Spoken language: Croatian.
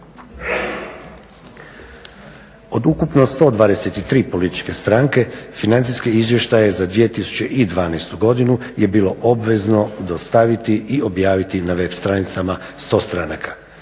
Od ukupno 123 političke stranke financijske izvještaje za 2012.godinu je bilo obvezno dostaviti i objaviti na web stranicama 100 stranaka.